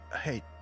Hey